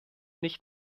nicht